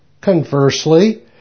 Conversely